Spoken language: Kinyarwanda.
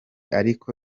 ariko